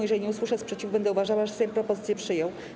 Jeżeli nie usłyszę sprzeciwu, będę uważała, że Sejm propozycję przyjął.